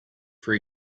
for